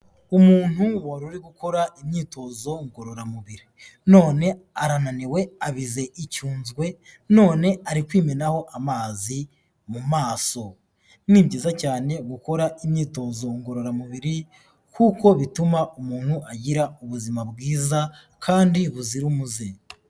Umuntu wari uri gukora imyitozo ngororamubiri none arananiwe abize icyunzwe none ari kwimenaho amazi mu maso, ni byiza cyane gukora imyitozo ngororamubiri kuko bituma umuntu agira ubuzima bwiza kandi buzira umuze.